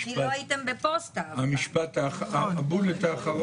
כי לא הייתם בפוסטה אף פעם.